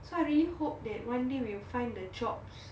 so I really hope that one day we will find the jobs